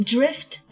Drift